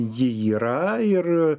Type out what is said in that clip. ji yra ir